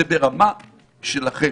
זה ברמה שלכם,